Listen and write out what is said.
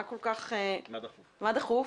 מה דחוף?